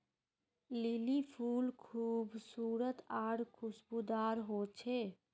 lily फुल खूबसूरत आर खुशबूदार होचे